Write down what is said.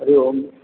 हरिः ओं